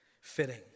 fitting